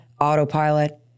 autopilot